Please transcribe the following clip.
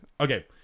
Okay